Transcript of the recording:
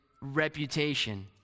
reputation